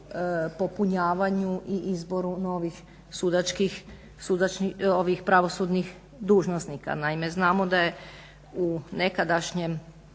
popunjavanju i izboru novih pravosudnih dužnosnika. Naime, znamo da je u nekadašnjem